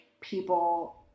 people